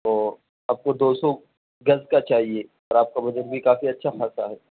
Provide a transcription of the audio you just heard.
تو آپ کو دو سو گز کا چاہیے اور آپ کا بجٹ بھی کافی اچھا خاصہ ہے